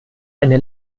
eine